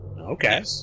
Okay